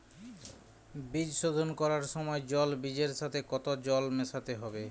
বীজ শোধন করার সময় জল বীজের সাথে কতো জল মেশাতে হবে?